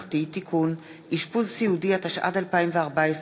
(תיקון, העלאת שכר המינימום), התשע"ד 2014,